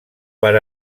per